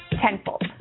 Tenfold